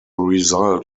result